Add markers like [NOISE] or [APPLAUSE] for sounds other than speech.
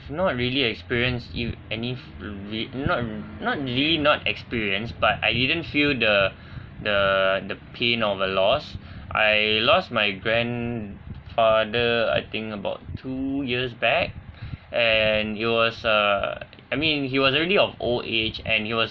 not really experienced y~ any re~ not not really not experience but I didn't feel the the the pain of a loss I lost my grandfather I think about two years back [BREATH] and it was uh I mean he was already of old age and he was